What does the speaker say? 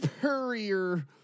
Perrier